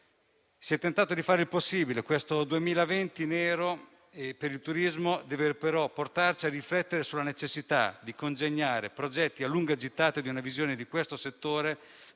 Si è tentato di fare il possibile. Questo 2020 nero per il turismo deve però portarci a riflettere sulla necessità di congegnare progetti a lunga gittata con una visione di questo settore